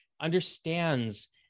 understands